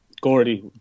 Gordy